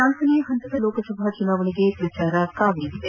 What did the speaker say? ನಾಲ್ನನೇ ಹಂತದ ಲೋಕಸಭಾ ಚುನಾವಣೆಗೆ ಪ್ರಚಾರ ಕಾವೇರಿದೆ